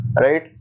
right